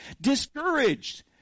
discouraged